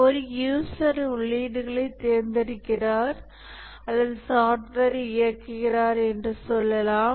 ஒரு யூசர் உள்ளீடுகளை தேர்ந்தெடுக்கிறார் அல்லது சாஃப்ட்வேரை இயக்குகிறார் என்று சொல்லலாம்